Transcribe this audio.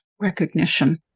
recognition